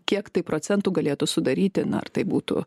kiek tai procentų galėtų sudaryti na ar tai būtų